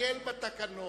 לא,